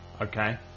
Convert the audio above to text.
okay